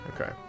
Okay